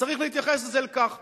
וצריך להתייחס לזה כאל כך.